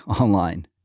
online